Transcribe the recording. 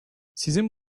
sizin